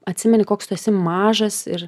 atsimeni koks tu esi mažas ir